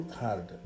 hard